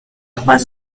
trois